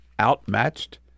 outmatched